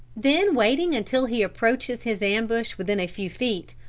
then waiting until he approaches his ambush within a few feet,